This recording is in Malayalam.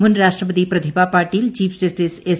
മുൻ രാഷ്ട്രപതി Pratibha Patil chief justice S